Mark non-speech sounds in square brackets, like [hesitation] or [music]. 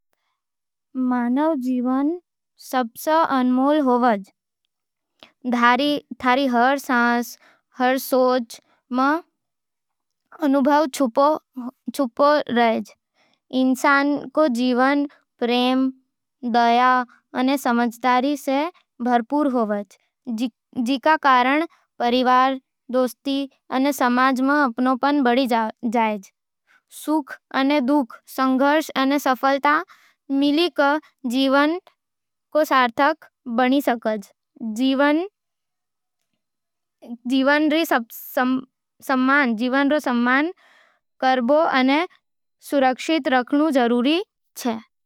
मानव जीवन सबसै अनमोल होवे है। थारी हर सांस, हर सोच में अमूल्य अनुभव छुपा [hesitation] रायज़। इंसान रो जीवन प्रेम, दया अने समझदारी से भरपूर होवे है, जिकरो कारण परिवार, दोस्त अने समाज में अपनापन बढ़े है। सुख अने दुख, संघर्ष अने [hesitation] सफलता मिलके जीवन ने सार्थक बनावै है। जीवन रो सम्मान करबो अने सुरक्षित रखबो जरूरी छे।